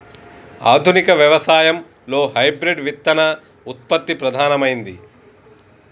ఆధునిక వ్యవసాయం లో హైబ్రిడ్ విత్తన ఉత్పత్తి ప్రధానమైంది